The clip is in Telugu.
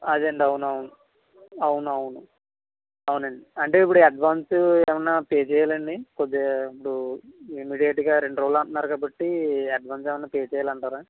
అదే అండి అవునవును అవునవును అవునండి అంటే ఇప్పుడు అడ్వాన్స్ ఏమన్న పే చేయాలండి కొద్దిగా ఇప్పుడు ఇమీడియట్గా రెండు రోజులు అంటన్నారు కాబట్టి అడ్వాన్స్ ఏమన్నపే చేయాలంటారా